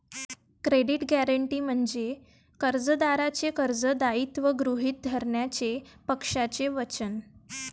credit guarantee म्हणजे कर्जदाराचे कर्ज दायित्व गृहीत धरण्याचे पक्षाचे वचन